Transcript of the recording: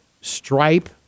stripe